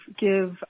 give